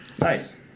nice